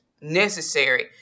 necessary